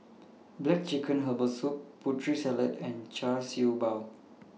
Black Chicken Herbal Soup Putri Salad and Char Siew Bao